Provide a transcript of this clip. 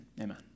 Amen